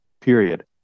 period